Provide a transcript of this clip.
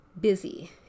busy